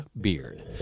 beard